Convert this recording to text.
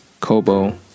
Kobo